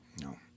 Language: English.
No